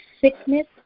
sickness